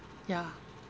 ya